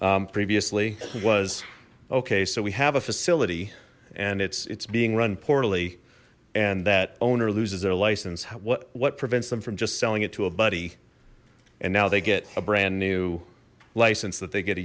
previously was okay so we have a facility and it's it's being run poorly and that owner loses their license what what prevents them from just selling it to a buddy and now they get a brand new license that they get to